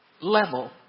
level